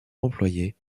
employés